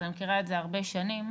אני מכירה את זה הרבה שנים,